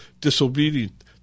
disobedient